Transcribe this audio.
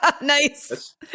Nice